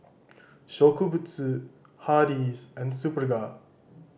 Shokubutsu Hardy's and Superga